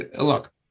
look